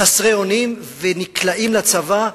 חסרי אונים ונקלעים לצבא,